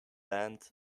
band